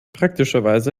praktischerweise